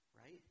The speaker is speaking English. right